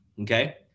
okay